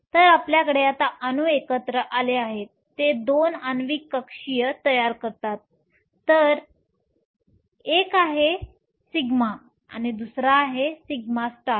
तर आपल्याकडे आता अणू एकत्र आले आहेत ते 2 आण्विक कक्षीय तयार करतात एक आहे σ दुसरा आहे σ